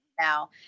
now